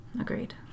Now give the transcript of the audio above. Agreed